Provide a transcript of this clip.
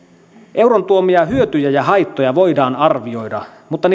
euron tuomia hyötyjä ja haittoja voidaan arvioida mutta